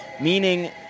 meaning